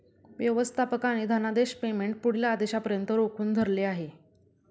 व्यवस्थापकाने धनादेश पेमेंट पुढील आदेशापर्यंत रोखून धरले आहे